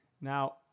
Now